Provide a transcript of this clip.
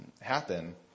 happen